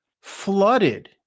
flooded